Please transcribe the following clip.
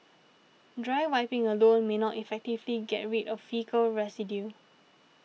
dry wiping alone may not effectively get rid of faecal residue